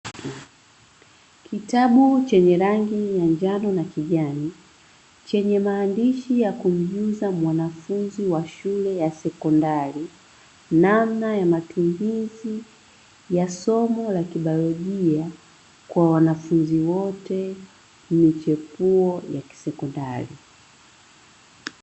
Kitabu chenye rangi ya njano na kijani chenye maandisi ya kumjuza mwanafunzi wa shule ya sekondari namna ya matumizi ya somo la kibiolojia kwa wanafunzi wote michepuo ya kisekondari.